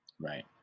Right